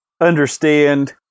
understand